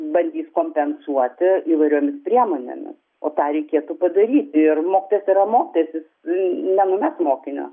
bandys kompensuoti įvairiomis priemonėmis o tą reikėtų padaryt ir mokytojas yra mokytojas jis nenumes mokinio